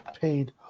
paid